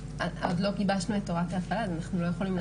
עוד לא גיבשנו את הוראות ההפעלה אז אנחנו לא יכולים לדעת.